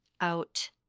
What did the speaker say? out